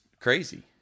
Crazy